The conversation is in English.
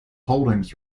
holdings